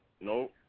no